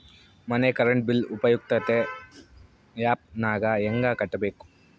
ಮನೆ current bill ಉಪಯುಕ್ತತೆ app ನಾಗ ಹೆಂಗ ಕಟ್ಟಬೇಕು?